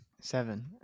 Seven